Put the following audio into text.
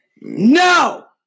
No